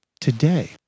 today